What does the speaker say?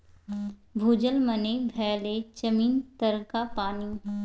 भूजल मने भेलै जमीन तरका पानि